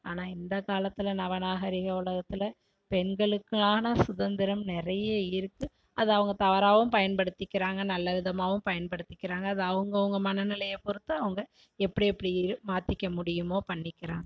ஆனால் இந்த காலத்தில் நவநாகரிக உலகத்தில் பெண்களுக்கான சுதந்திரம் நிறைய இருக்குது அது அவங்க தவறாகவும் பயன்படுத்திக்கிறாங்கள் நல்ல விதமாகவும் பயன்படுத்திக்கிறாங்கள் அது அவங்கவுங்க மனநிலையை பொறுத்து அவங்க எப்படி எப்படி மாற்றிக்க முடியுமோ பண்ணிக்கிறாங்கள்